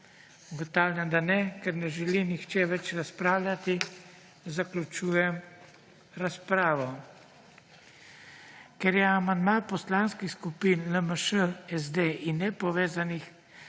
Ugotavljam, da ne. Ker ne želi nihče več razpravljati, zaključujem razpravo. Ker je amandma poslanskih skupin LMŠ, SD in nepovezanih